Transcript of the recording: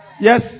Yes